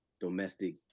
domestic